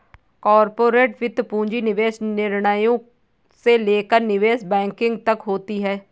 corporate वित्त पूंजी निवेश निर्णयों से लेकर निवेश बैंकिंग तक होती हैं